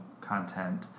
content